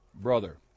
brother